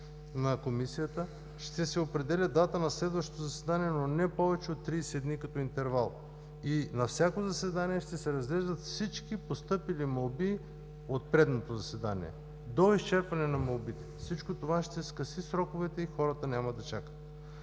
внимание – ще се определя дата на следващото заседание, но не повече от 30 дни като интервал. На всяко заседание ще се разглеждат всички постъпили молби от предното заседание до изчерпване на молбите. Всичко това ще скъси сроковете и хората няма да чакат.